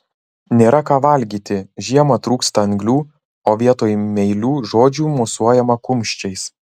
nėra ką valgyti žiemą trūksta anglių o vietoj meilių žodžių mosuojama kumščiais